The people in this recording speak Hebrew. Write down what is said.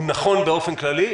הוא נכון באופן כללי,